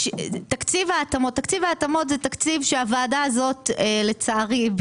תקציב ההתאמות זה תקציב שהוועדה הזאת לצערי,